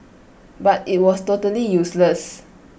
but IT was totally useless